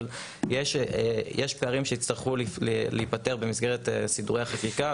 אבל יש פערים שיצטרכו להיפתר במסגרת סידורי החקיקה,